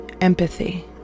empathy